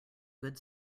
good